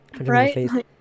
Right